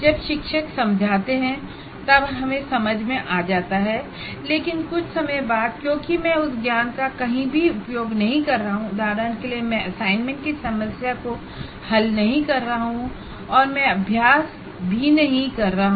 जब शिक्षक समझाते है तब हमें समझ में आ जाता है लेकिन कुछ समय बाद क्योंकि मै उस ज्ञान का कहीं भी उपयोग नहीं कर रहा हूं उदाहरण के लिए मैं असाइनमेंट की समस्याओं को हल नहीं कर रहा हूं और मैं अभ्यास नहीं कर रहा हूं